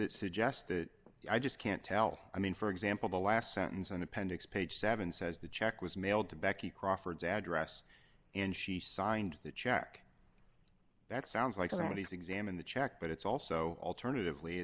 that suggested i just can't tell i mean for example the last sentence in appendix page seven says the check was mailed to becky crawford's address and she signed the check that sounds like a ready to examine the check but it's also alternatively